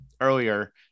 earlier